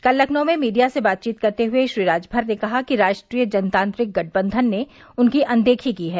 कल लखनऊ में मीडिया से बातचीत करते हए श्री राजभर ने कहा कि राष्ट्रीय जनतांत्रिक गठबंधन ने उनकी अनदेखी की है